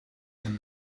een